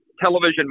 television